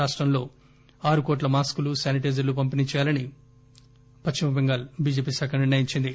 రాష్టంలో ఆరు కోట్ల మాస్కులు శానిటైజర్లు పంపిణీ చేయాలని బిజెపి నిర్ణయించింది